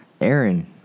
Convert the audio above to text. Aaron